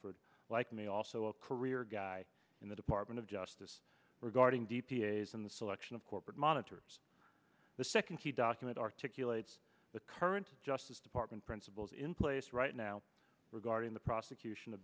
morford like me also a career guy in the department of justice regarding d p s in the selection of corporate monitors the second key document articulate the current justice department principles in place right now regarding the prosecution of